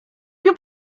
più